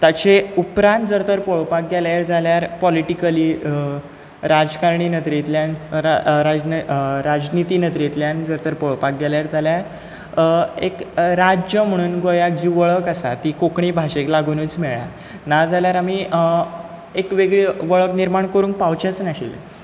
ताचे उपरांत जर तर पळोवपाक गेले जाल्यार पॉलिटिकली राजकारणी नदरेंतल्यान रा राज राजनिती नदरेंतल्यान जर तर पळोवपाक गेले जाल्यार एक राज्य म्हूण गोंयाक जी वळख आसा ती कोंकणी भाशेक लागुनूच मेळ्ळ्या नाजाल्यार आमी एक वेगळी वळख निर्माण करूंक पावचेच नाशिल्ले